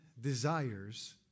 desires